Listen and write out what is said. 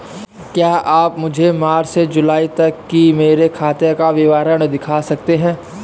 क्या आप मुझे मार्च से जूलाई तक की मेरे खाता का विवरण दिखा सकते हैं?